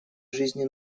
жизни